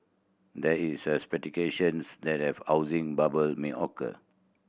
there is speculation that a housing bubble may occur